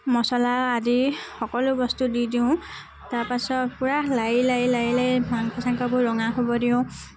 মচলা আদি সকলো বস্তু দি দিওঁ তাৰপাছত পোৰা লাৰি লাৰি লাৰি লাৰি মাংস চাংসবোৰ ৰঙা হ'ব দিওঁ